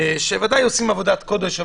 שוודאי עושים עבודת קודש,